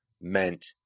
meant